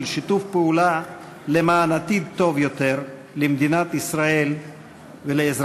שיתוף פעולה למען עתיד טוב יותר למדינת ישראל ולאזרחיה.